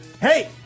Hey